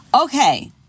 Okay